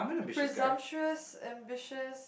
presumptuous ambitious